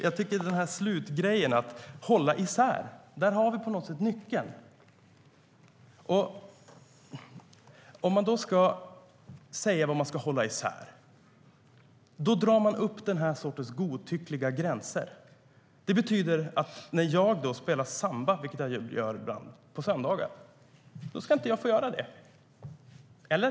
Jag tycker att slutklämmen, att hålla isär, visar på nyckeln. Om man säger vad man ska hålla isär, då drar man upp godtyckliga gränser. Det betyder att när jag spelar samba, vilket jag gör ibland på söndagar, så ska jag inte få göra det - eller?